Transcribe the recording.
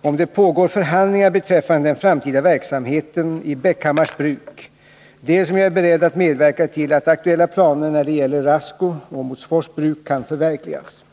och om det pågår förhandlingar beträffande den framtida verksamheten i Bäckhammars Bruk, dels om jag är beredd att medverka till att aktuella planer när det gäller Rasco och Åmotfors Bruk kan förverkligas.